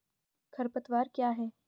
खरपतवार क्या है?